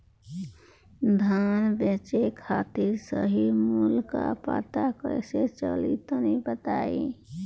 धान बेचे खातिर सही मूल्य का पता कैसे चली तनी बताई?